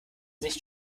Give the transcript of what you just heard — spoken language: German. nicht